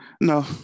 No